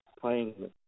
playing